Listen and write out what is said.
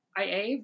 IA